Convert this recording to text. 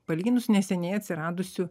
palyginus neseniai atsiradusiu